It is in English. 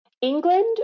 England